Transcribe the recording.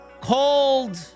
called